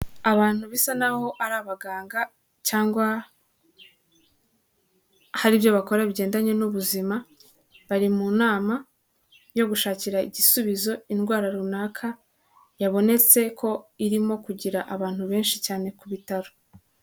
Abantu bisa n'aho ari abaganga cyangwa hari ibyo bakora bigendanye n'ubuzima, bari mu nama yo gushakira igisubizo indwara runaka yabonetse ko irimo kugira abantu benshi cyane ku bitaro.